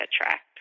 attract